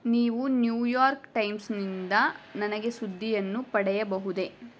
ನೀವು ನ್ಯೂಯಾರ್ಕ್ ಟೈಮ್ಸ್ನಿಂದ ನನಗೆ ಸುದ್ದಿಯನ್ನು ಪಡೆಯಬಹುದೇ